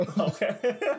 okay